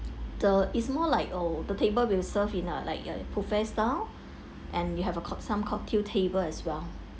the it's more like oh the table we will serve in uh like a buffet style and you have a some cocktail table as well